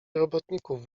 robotników